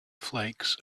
flakes